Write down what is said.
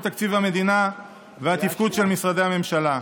תקציב המדינה ולתפקוד של משרדי הממשלה.